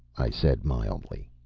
i said, mildly.